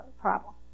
problem